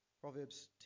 Proverbs